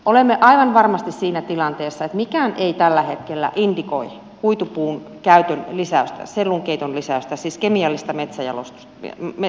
olemme aivan varmasti siinä tilanteessa että mikään ei tällä hetkellä indikoi kuitupuun käytön lisäystä sellunkeiton lisäystä siis kemiallista puunjalostusta